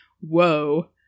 whoa